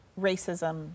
racism